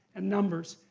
and numbers.